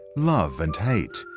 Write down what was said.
love and hate.